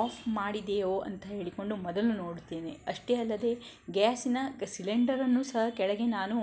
of ಮಾಡಿದೆಯೋ ಅಂತ ಹೇಳಿಕೊಂಡು ಮೊದಲು ನೋಡುತ್ತೇನೆ ಅಷ್ಟೇ ಅಲ್ಲದೆ ಗ್ಯಾಸಿನ ಕ್ ಸಿಲಿಂಡರನ್ನೂ ಸಹ ಕೆಳಗೆ ನಾನು